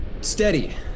Steady